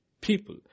people